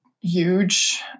huge